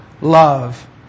love